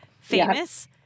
famous